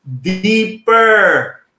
deeper